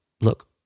look